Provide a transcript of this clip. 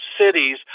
Cities